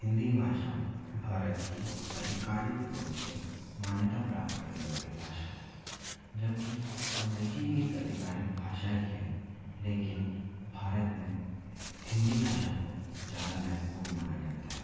हिंदी भाषा भारत की आधिकारिक रूप से मान्यता प्राप्त करने वाली भाषा है जबकि अंग्रेज़ी भी एक आधिकारिक भाषा ही है लेकिन भारत में हिंदी भाषा को ज़्यादा महत्वपूर्ण माना जाता है